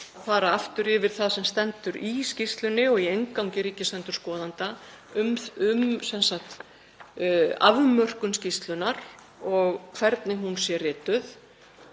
að fara aftur yfir það sem stendur í skýrslunni og í inngangi ríkisendurskoðanda um afmörkun skýrslunnar og hvernig hún sé rituð.